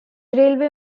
railway